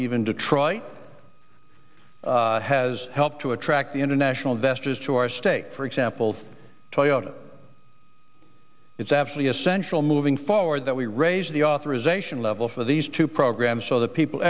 troy has helped to attract international investors to our state for example toyota it's absolutely essential moving forward that we raise the authorization level for these two programs so that people